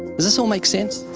does this all make sense?